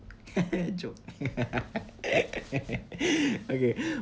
joke okay